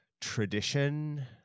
tradition